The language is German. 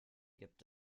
gibt